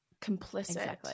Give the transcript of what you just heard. Complicit